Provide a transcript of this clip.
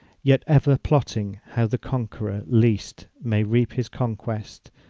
yet ever plotting how the conqueror least may reap his conquest,